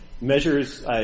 measures